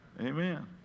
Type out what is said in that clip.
Amen